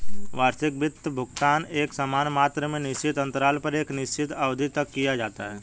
वार्षिक वित्त भुगतान एकसमान मात्रा में निश्चित अन्तराल पर एक निश्चित अवधि तक किया जाता है